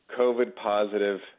COVID-positive